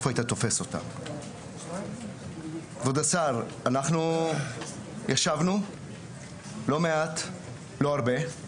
כבוד השר, אנחנו ישבנו לא מעט, לא הרבה,